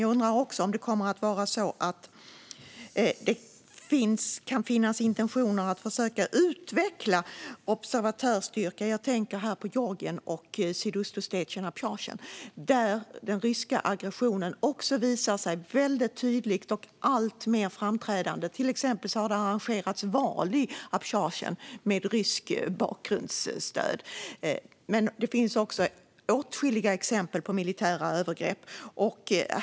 Jag undrar också om det finns intentioner att försöka utveckla observatörsstyrkan. Jag tänker här på Georgien, Sydossetien och Abchazien. Den ryska aggressionen har visat sig tydligt där och blivit alltmer framträdande. Till exempel har det arrangerats val i Abchazien med ryskt bakgrundsstöd. Det finns också åtskilliga exempel på militära övergrepp.